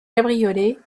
cabriolet